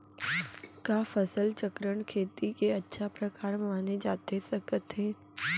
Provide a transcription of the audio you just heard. का फसल चक्रण, खेती के अच्छा प्रकार माने जाथे सकत हे?